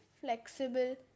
flexible